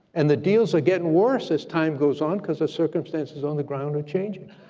and the deals are getting worse as time goes on cause the circumstances on the ground are changing.